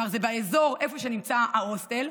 זה באזור, איפה שנמצא ההוסטל.